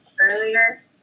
earlier